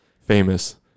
famous